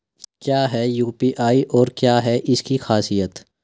क्या है यू.पी.आई और क्या है इसकी खासियत?